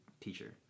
teacher